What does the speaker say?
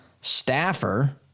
staffer